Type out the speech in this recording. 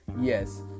yes